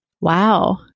Wow